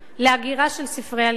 לאגירה של ספרי הלימוד.